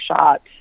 shot